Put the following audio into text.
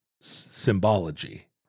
symbology